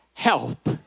Help